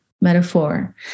metaphor